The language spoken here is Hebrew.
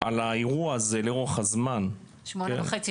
על האירוע הזה לאורך הזמן -- שמונה שנים וחצי.